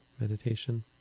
meditation